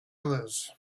others